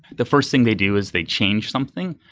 the first thing they do is they change something.